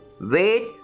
wait